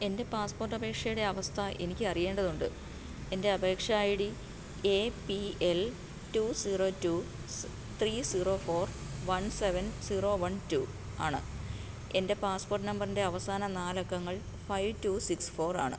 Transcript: എൻ്റെ പാസ്പോർട്ട് അപേക്ഷയുടെ അവസ്ഥ എനിക്ക് അറിയേണ്ടതുണ്ട് എൻ്റെ അപേക്ഷ I D A P L two zero two three zero four one seven zero one two ആണ് എൻ്റെ പാസ്പോർട്ട് നമ്പറിൻ്റെ അവസാന നാല് അക്കങ്ങൾ ഫൈ ടു സിക്സ് ഫോർ ആണ്